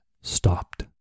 stopped